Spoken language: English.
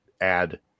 add